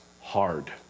hard